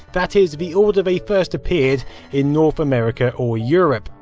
that is, the order they first appeared in north america or europe.